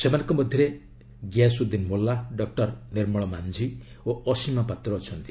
ସେମାନଙ୍କ ମଧ୍ୟରେ ଗିୟାସୁଦ୍ଦିନ୍ ମୋଲ୍ଲା ଡକୁର ନିର୍ମଳ ମାଂଝି ଓ ଅସୀମା ପାତ୍ର ଅଛନ୍ତି